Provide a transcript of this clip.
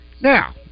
Now